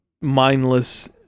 mindless